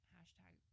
Hashtag